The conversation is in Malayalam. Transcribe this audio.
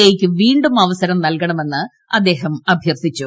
എക്ക് വീണ്ടും അവസരം നൽകണമെന്ന് അദ്ദേഹം അഭ്യർത്ഥിച്ചു